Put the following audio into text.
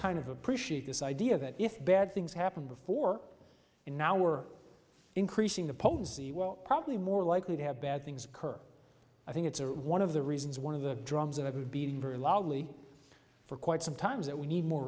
kind of appreciate this idea that if bad things happened before and now we're increasing the potency well probably more likely to have bad things occur i think it's a one of the reasons one of the drums of it would be very loudly for quite some time that we need more